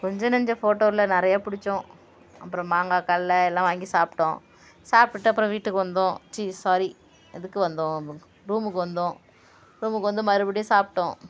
கொஞ்ச நஞ்ச ஃபோட்டோ இல்லை நிறையா பிடிச்சோம் அப்புறம் மாங்காய் கல்ல எல்லா வாங்கி சாப்பிட்டோம் சாப்பிடுட்டு அப்புறம் வீட்டுக்கு வந்தோம் ச்சி சாரி எதுக்கு வந்தோம் ரூமுக்கு வந்தோம் ரூமுக்கு வந்து மறுபடியும் சாப்பிட்டோம்